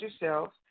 yourselves